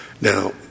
Now